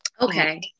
Okay